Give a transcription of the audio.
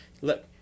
look